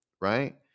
right